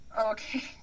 Okay